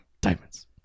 diamonds